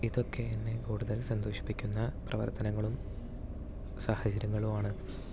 ഇതൊക്കെ എന്നെ കൂടുതൽ സന്തോഷിപ്പിക്കുന്ന പ്രവർത്തനങ്ങളും സാഹചര്യങ്ങളും ആണ്